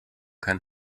kann